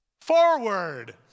forward